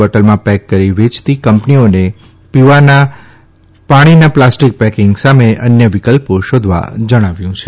બોટલમાં ેક કરી વેયતી કં નીઓને ાણીના પ્લાસ્ટીક ેકીંગ સામે અન્ય વિકલાો શોધવા જણાવ્યું છે